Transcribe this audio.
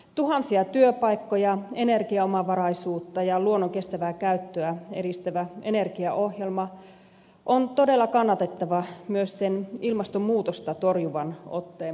tuhansia työpaikkoja energiaomavaraisuutta ja luonnon kestävää käyttöä edistävä energiaohjelma on todella kannatettava myös sen ilmastonmuutosta torjuvan otteen vuoksi